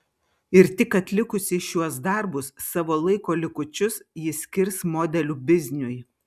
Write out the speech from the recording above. ir tik atlikusi šiuos darbus savo laiko likučius ji skirs modelių bizniui